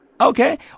Okay